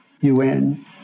UN